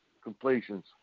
Completions